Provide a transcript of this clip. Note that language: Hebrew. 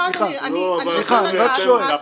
סליחה, אני רק שואל.